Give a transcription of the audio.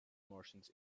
martians